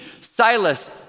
Silas